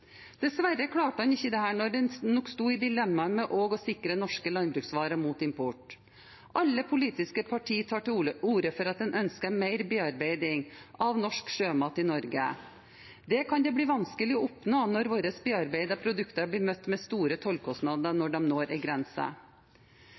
Dessverre klarte en ikke dette når en nok sto i dilemmaet med også å sikre norske landbruksvarer mot import. Alle politiske partier tar til orde for at en ønsker mer bearbeiding av norsk sjømat i Norge. Det kan det bli vanskelig å oppnå når våre bearbeidede produkter blir møtt med store tollkostnader